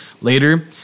later